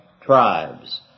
tribes